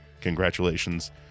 congratulations